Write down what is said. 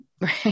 Right